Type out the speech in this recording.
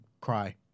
cry